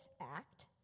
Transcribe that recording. act